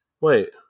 Wait